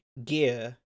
gear